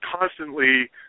constantly